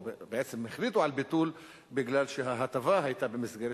או בעצם החליטו על ביטול בגלל שההטבה היתה במסגרת